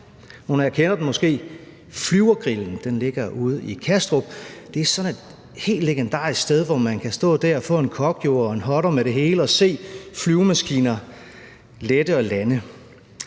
Nogle af jer kender den måske: Det er Flyvergrillen, som ligger ude i Kastrup. Det er sådan et helt legendarisk sted, hvor man kan stå og få en Cocio og en hotter med det hele og se flyvemaskiner lette og lande.